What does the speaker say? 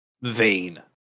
vein